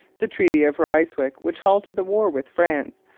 the treaty of ryswick, which halted the war with france,